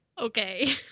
Okay